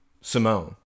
Simone